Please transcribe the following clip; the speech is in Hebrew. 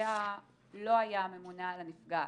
הפוגע לא היה ממונה על הנפגעת.